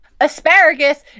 asparagus